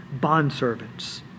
Bondservants